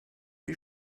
wie